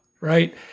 right